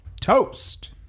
toast